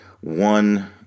One